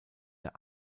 der